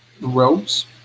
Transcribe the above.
robes